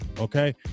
okay